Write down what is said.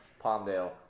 Palmdale